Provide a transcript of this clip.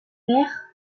mère